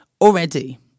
Already